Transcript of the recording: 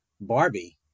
Barbie